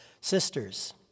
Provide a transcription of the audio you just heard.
sisters